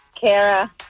Kara